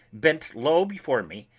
bent low before me,